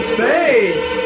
Space